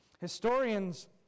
historians